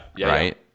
right